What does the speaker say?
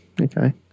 okay